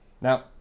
now